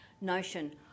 notion